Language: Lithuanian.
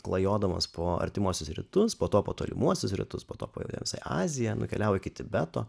klajodamas po artimuosius rytus po to po tolimuosius rytus pato į aziją nukeliavo iki tibeto